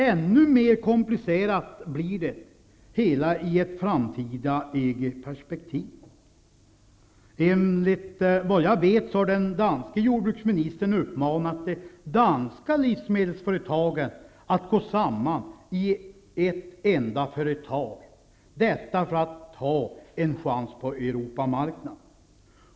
Ännu mera komplicerat blir det hela i ett framtida EG perspektiv. Såvitt jag vet har den danske jordbruksministern uppmanat de danska livsmedelsföretagen att gå samman i ett enda företag för att ha en chans på Europamarknaden.